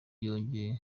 yanyoye